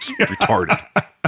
Retarded